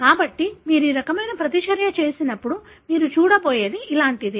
కాబట్టి మీరు ఆ రకమైన ప్రతిచర్య చేసినప్పుడు మీరు చూడబోయేది ఇలాంటిదే